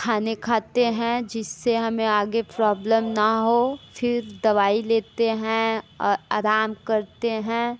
खाने खाते हैं जिससे हमें आगे प्रॉब्लम न हो फिर दवाई लेते हैं और आराम करते हैं